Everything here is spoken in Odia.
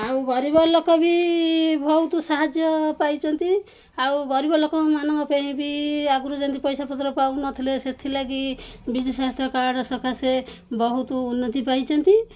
ଆଉ ଗରିବ ଲୋକ ବି ବହୁତ ସାହାଯ୍ୟ ପାଇଛନ୍ତି ଆଉ ଗରିବ ଲୋକମାନଙ୍କ ପାଇଁ ବି ଆଗରୁ ଯେମିତି ପଇସା ପତ୍ର ପାଉନଥିଲେ ସେଥିଲାଗି ବିଜୁ ସ୍ୱାସ୍ଥ୍ୟ କାର୍ଡ଼ ସକାଶେ ବହୁତ ଉନ୍ନତି ପାଇଛନ୍ତି